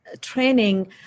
Training